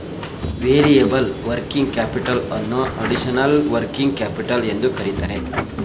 variable working capital ಅನ್ನೋ additional working capital ಎಂದು ಕರಿತರೆ